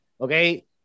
Okay